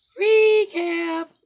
Recap